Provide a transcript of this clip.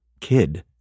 kid